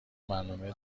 برنامه